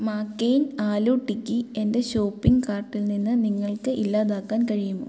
McCain aloo tikki എന്റെ shopping കാർട്ടിൽ നിന്ന് നിങ്ങൾക്ക് ഇല്ലാതാക്കാൻ കഴിയുമോ